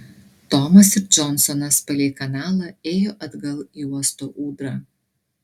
tomas ir džonsonas palei kanalą ėjo atgal į uosto ūdrą